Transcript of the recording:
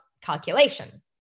calculation